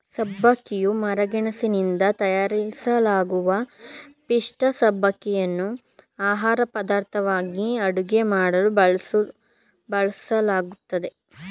ಸಬ್ಬಕ್ಕಿಯು ಮರಗೆಣಸಿನಿಂದ ತಯಾರಿಸಲಾಗುವ ಪಿಷ್ಠ ಸಬ್ಬಕ್ಕಿಯನ್ನು ಆಹಾರಪದಾರ್ಥವಾಗಿ ಅಡುಗೆ ಮಾಡಲು ಬಳಸಲಾಗ್ತದೆ